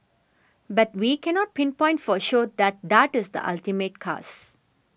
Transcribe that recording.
but we cannot pinpoint for sure that that is the ultimate cause